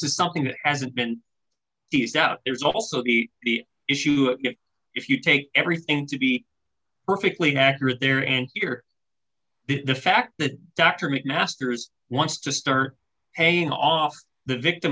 is something that hasn't been is out there is also the issue if you take everything to be perfectly accurate there and here the fact that dr mcmasters wants to stir paying off the victim